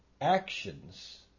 actions